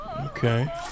Okay